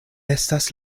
estas